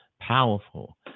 powerful